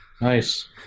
Nice